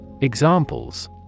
Examples